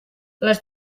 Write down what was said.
les